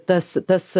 tas tas